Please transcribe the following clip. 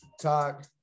Talk